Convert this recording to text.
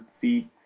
feet